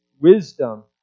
wisdom